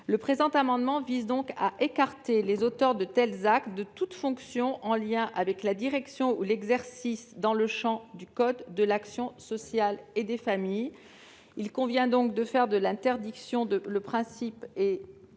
Le présent amendement vise donc à écarter les auteurs de tels actes de toute fonction en lien avec la direction ou l'exercice d'activités dans le champ du code de l'action sociale et des familles. Il convient de faire de l'interdiction le principe et